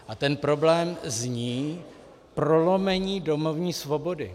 A ten problém zní prolomení domovní svobody.